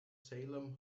salem